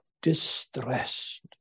distressed